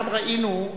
גם ראינו,